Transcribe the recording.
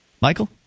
Michael